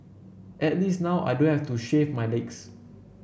at least now I don't have to shave my legs